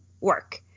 work